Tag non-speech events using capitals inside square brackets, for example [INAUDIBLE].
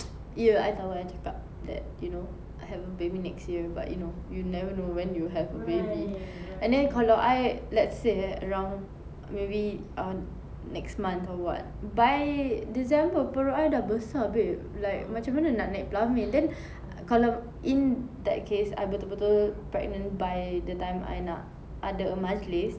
[NOISE] ya I tahu I cakap that you know I have a baby next year but you know you never know when you have a baby and then kalau I let's say eh around maybe uh next month or [what] by december perut I dah besar babe like macam mana nak naik pelamin then kalau in that case I betul-betul pregnant by the time I nak ada a majlis